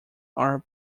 are